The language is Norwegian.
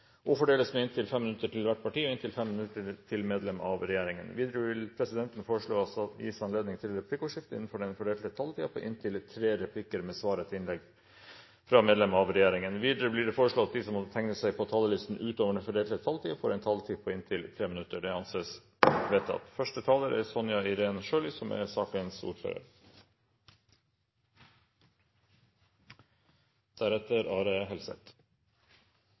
og fordeles med inntil 5 minutter til hvert parti og inntil 5 minutter til medlem av regjeringen. Videre vil presidenten foreslå at det gis anledning til replikkordskifte på inntil tre replikker med svar etter innlegg fra medlem av regjeringen innenfor den fordelte taletid. Videre blir det foreslått at de som måtte tegne seg på talerlisten utover den fordelte taletid, får en taletid på inntil 3 minutter. – Det anses vedtatt.